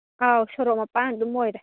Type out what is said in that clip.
ꯑꯧ ꯁꯣꯔꯣꯛ ꯃꯄꯥꯟ ꯑꯗꯨꯝ ꯑꯣꯏꯔꯦ